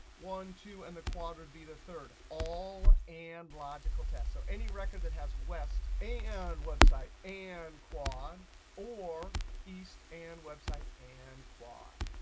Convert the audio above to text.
one, two, and the quad would be the third. all and logical test. so any record that has west and web site and quad or east and web site and quad.